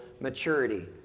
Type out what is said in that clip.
maturity